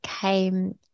came